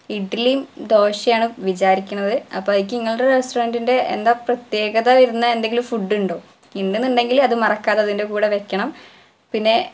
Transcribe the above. ഇഡ്ഡലിയും ദോശയാണ് വിചാരിക്കുന്നത് അപ്പോള് എനിക്ക് നിങ്ങളുടെ റസ്റ്റോറൻ്റിൻ്റെ എന്താ പ്രത്യേകത വരുന്ന എന്തെങ്കിലും ഫുഡ് ഉണ്ടോ ഉണ്ടെന്നുണ്ടെങ്കില് അത് മറക്കാതെ അതിൻ്റെ കൂടെ വെക്കണം പിന്നെ